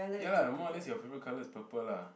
ya lah more or less your favorite colour is purple lah